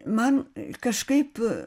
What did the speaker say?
man kažkaip